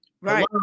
Right